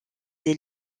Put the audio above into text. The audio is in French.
des